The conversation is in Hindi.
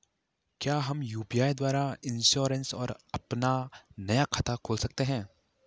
क्या हम यु.पी.आई द्वारा इन्श्योरेंस और अपना नया खाता खोल सकते हैं?